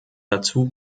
dazu